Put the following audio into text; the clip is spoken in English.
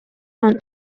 aren’t